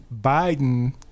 Biden